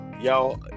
y'all